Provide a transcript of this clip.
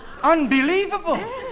Unbelievable